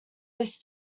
his